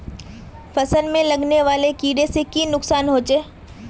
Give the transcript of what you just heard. फसल में लगने वाले कीड़े से की नुकसान होचे?